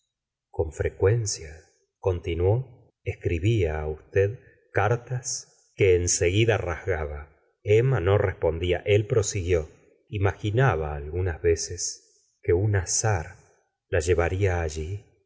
con frecuencia continuó escribfa á usted cartas que en seguida rasgaba emma no respondía él prosiguió imaginaba algunas veces que un azar la llevaría alli